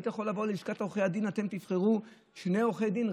היית יכול לבוא ללשכת עורכי הדין ולהגיד: אתם תבחרו שני עורכי דין,